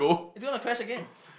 it's gonna crash again